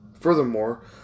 Furthermore